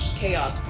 chaos